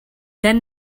then